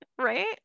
Right